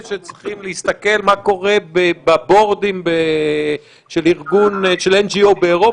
שצריכים להסתכל מה קורה ב"בורדים" של ארגון של NGO באירופה?